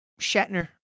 Shatner